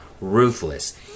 Ruthless